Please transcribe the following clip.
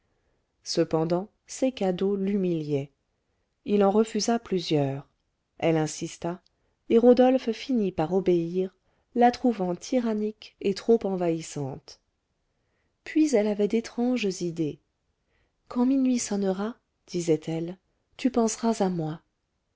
cependant ces cadeaux l'humiliaient il en refusa plusieurs elle insista et rodolphe finit par obéir la trouvant tyrannique et trop envahissante puis elle avait d'étranges idées quand minuit sonnera disait-elle tu penseras à moi